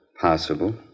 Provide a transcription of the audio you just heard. Possible